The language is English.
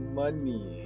money